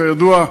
כידוע,